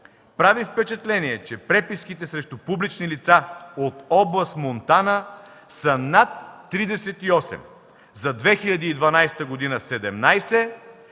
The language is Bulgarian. Прави впечатление, че преписките срещу публични лица от област Монтана са над 38, за 2012 г. – 17,